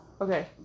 Okay